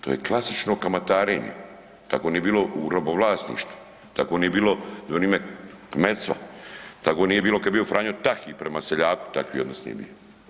To je klasično kamatarenje, tako nije bilo u robovlasništvu, tako nije bilo za vrime kmetstva, tako nije bilo kad je bio Franjo Tahi prema seljaku takvi odnos nije bio.